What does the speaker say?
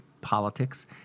politics